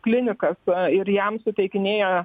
klinikas ir jam suteikinėja